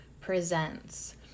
presents